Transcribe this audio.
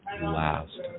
last